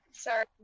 Sorry